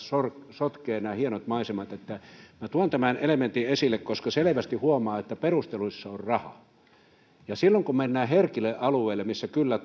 sotkee nämä hienot maisemat minä tuon tämän elementin esille koska selvästi huomaa että perusteluissa on raha silloin kun mennään herkille alueille missä kyllä